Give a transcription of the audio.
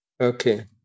Okay